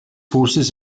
forces